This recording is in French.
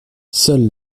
seule